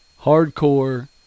hardcore